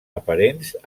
aparents